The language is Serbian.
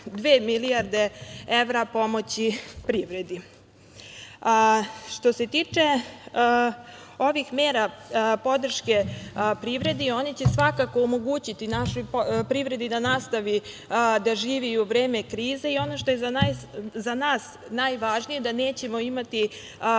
milijarde evra pomoći privredi. Što se tiče ovih mera podrške privredi, oni će svakako omogućiti našoj privredi da nastavi da živi u vreme krize i ono što je za nas najvažnije jeste da nećemo imati